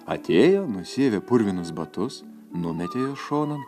atėjo nusiavė purvinus batus numetė juos šonan